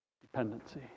dependency